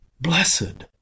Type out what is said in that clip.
Blessed